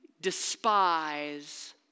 despise